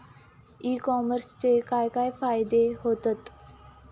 E कॉमर्सचे काय काय फायदे होतत?